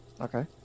okay